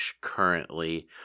currently